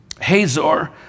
Hazor